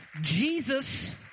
Jesus